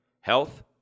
health